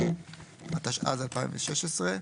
התשע"ז-2016,